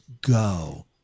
go